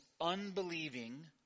unbelieving